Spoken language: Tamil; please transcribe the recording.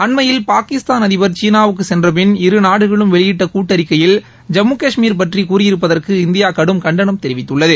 அண்மையில் பாகிஸ்தான் அதிபர் சீனாவுக்கு சென்ற பின் இரு நாடுகளும் வெளியிட்ட கூட்டறிக்கையில் ஜம்மு கஷ்மீர் பற்றி கூறியிருப்பதற்கு இந்தியா கடும் கண்டனம் தெரிவித்துள்ளது